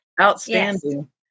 outstanding